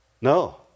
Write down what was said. No